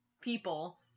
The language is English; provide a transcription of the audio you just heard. people